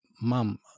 mom